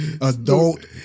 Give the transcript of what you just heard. adult